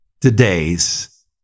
today's